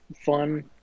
fun